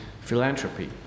philanthropy